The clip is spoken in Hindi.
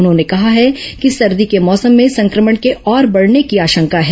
उन्होंने कहा है कि सर्दी के मौसम में संक्रमण के और बढने की आशंका है